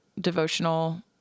devotional